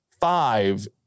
five